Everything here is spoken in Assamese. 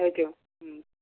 সেয়েটো